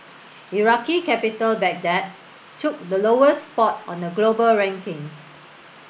Iraqi capital Baghdad took the lowest spot on the global rankings